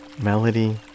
Melody